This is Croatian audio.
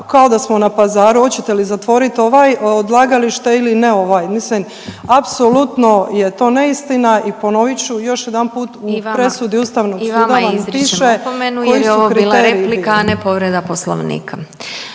kao da smo na pazaru hoćete li zatvoriti ovaj odlagalište ili ne ovaj. Mislim apsolutno je to neistina i ponovit ću još jedanput u presudi Ustavnog suda vam piše … **Glasovac, Sabina (SDP)** I vama